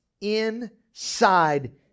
inside